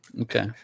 Okay